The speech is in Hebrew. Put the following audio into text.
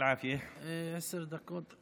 עשר דקות.